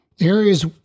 Areas